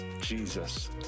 Jesus